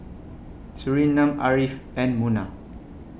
Surinam Ariff and Munah